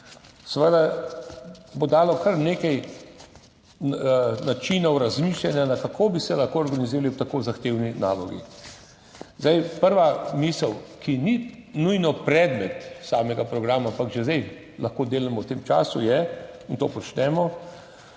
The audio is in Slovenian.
kar bo dalo kar nekaj načinov razmišljanja, kako bi se lahko organizirali ob tako zahtevni nalogi. Prva misel, ki ni nujno predmet samega programa, ampak že zdaj lahko delamo v tem času, in to počnemo,